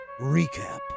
recap